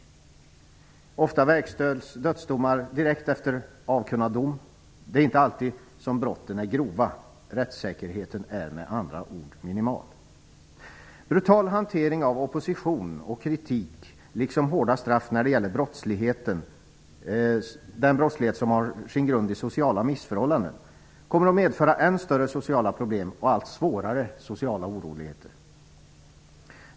Ofta verkställs dödsdomar direkt efter avkunnad dom. Det är inte alltid som brotten är grova. Rättssäkerheten är med andra ord minimal. Brutal hantering av opposition och kritik liksom hårda straff när det gäller brottslighet som har sin grund i sociala missförhållanden kommer att medföra ännu större sociala problem och allt svårare sociala oroligheter.